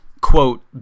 quote